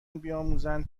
بیاموزند